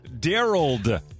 Daryl